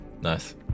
Nice